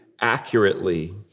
accurately